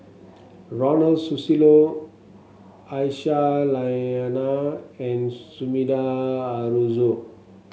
Ronald Susilo Aisyah Lyana and Sumida Haruzo